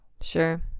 Sure